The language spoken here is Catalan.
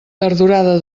tardorada